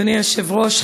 אדוני היושב-ראש,